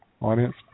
audience